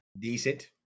Decent